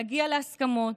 להגיע להסכמות,